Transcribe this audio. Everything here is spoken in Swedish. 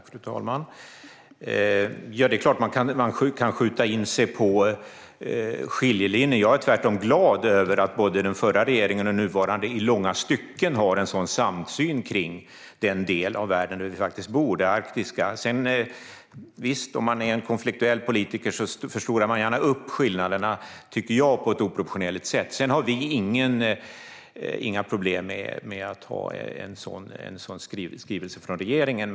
Fru talman! Det är klart att man kan skjuta in sig på skiljelinjer. Men jag är tvärtom glad över att både den förra och den nuvarande regeringen har en sådan samsyn i långa stycken om den del av världen där vi bor, den arktiska. Men visst, om man är en konfliktsökande politiker förstorar man gärna upp skillnaderna på ett enligt mig oproportionerligt sätt. Vi har inga problem med en sådan skrivelse från regeringen.